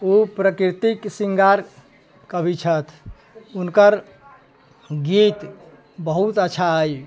ओ प्रकृतिक सिंगार कवि छथि उनकर गीत बहुत अच्छा अछि